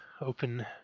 open